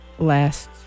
Last